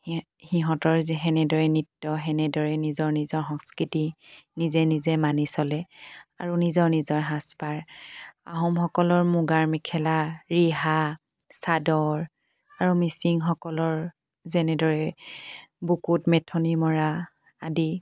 সিহঁতৰ যে সেনেদৰে নৃত্য সেনেদৰে নিজৰ নিজৰ সংস্কৃতি নিজে নিজে মানি চলে আৰু নিজৰ নিজৰ সাজ পাৰ আহোমসকলৰ মুগাৰ মেখেলা ৰিহা চাদৰ আৰু মিচিংসকলৰ যেনেদৰে বুকুত মেথনি মৰা আদি